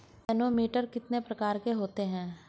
Manometer कितने प्रकार के होते हैं?